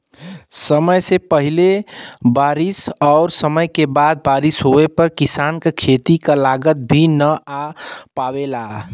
समय से पहिले बारिस और समय के बाद बारिस होवे पर किसान क खेती क लागत भी न आ पावेला